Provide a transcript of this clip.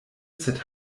sed